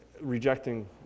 rejecting